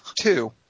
two